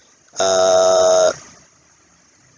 err